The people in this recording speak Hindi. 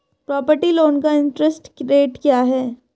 प्रॉपर्टी लोंन का इंट्रेस्ट रेट क्या है?